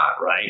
right